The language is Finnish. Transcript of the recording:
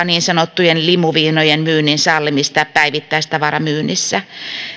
niin sanottujen limuviinojen myynnin sallimista päivittäistavaramyynnissä